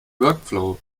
workflow